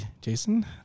Jason